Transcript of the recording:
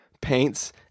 paints